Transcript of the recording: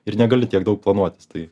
ir negali tiek daug planuotis tai